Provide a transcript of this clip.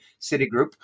Citigroup